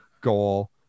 goal